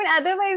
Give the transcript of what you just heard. otherwise